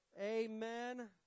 Amen